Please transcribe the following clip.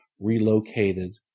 relocated